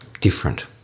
different